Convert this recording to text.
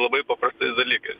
labai paprastais dalykais